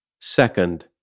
Second